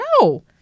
No